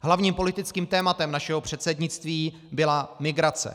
Hlavním politickým tématem našeho předsednictví byla migrace.